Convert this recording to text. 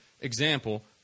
example